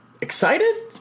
excited